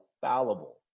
fallible